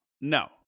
no